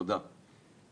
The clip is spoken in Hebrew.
תודה.